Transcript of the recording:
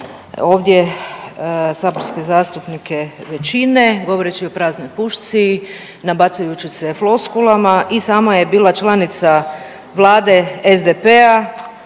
ovdje saborske zastupnike većine govoreći o praznoj pušci, nabacujući se floskulama. I sama je bila članica vlade SDP-a,